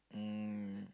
um